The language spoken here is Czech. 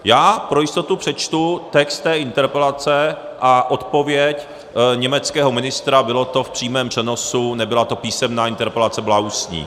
Já pro jistotu přečtu text té interpelace a odpověď německého ministra, bylo to v přímém přenosu, nebyla to písemná interpelace, byla ústní.